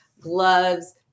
gloves